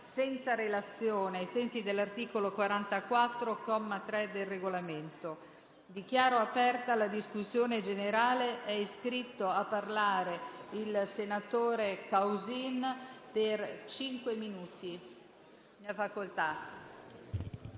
senza relazione, ai sensi dell'articolo 44, comma 3, del Regolamento. Dichiaro aperta la discussione generale. È iscritto a parlare il senatore Causin. Ne ha facoltà.